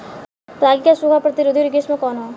रागी क सूखा प्रतिरोधी किस्म कौन ह?